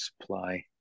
supply